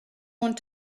want